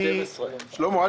שלמה,